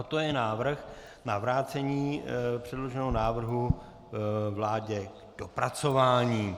To je návrh na vrácení předloženého návrhu vládě k dopracování.